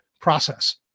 process